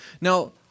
Now